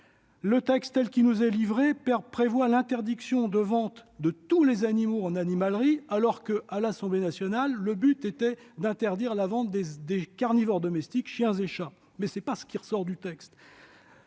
le texte, tel qu'il nous est soumis, prévoit l'interdiction de vente de tous les animaux en animalerie, alors que, à l'Assemblée nationale, le but était seulement d'interdire la vente des carnivores domestiques, chiens et chats. Enfin, en l'état actuel du texte,